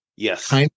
Yes